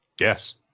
Yes